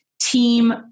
team